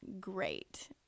great